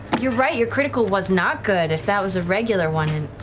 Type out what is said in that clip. you're right, your critical was not good, if that was a regular one.